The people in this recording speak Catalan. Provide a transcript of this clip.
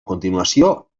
continuació